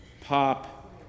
Pop